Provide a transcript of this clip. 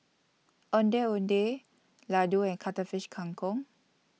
Ondeh Ondeh Laddu and Cuttlefish Kang Kong